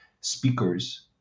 speakers